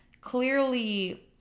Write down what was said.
clearly